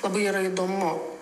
labai yra įdomu